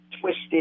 twisted